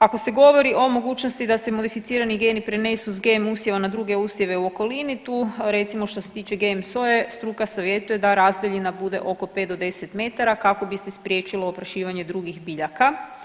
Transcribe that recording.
Ako se govori o mogućnosti da se modificirani geni prenesu s GM usjeva na druge usjeve u okolini, tu recimo, što se tiče GM soje, struka savjetuje da razdaljina bude oko 5 do 10 metara kako bi se spriječilo oprašivanje drugih biljaka.